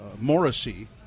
Morrissey